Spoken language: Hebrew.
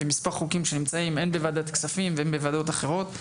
ומספר חוקים שנמצאים הן בוועדת כספים והן בוועדות אחרות,